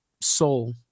soul